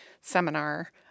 seminar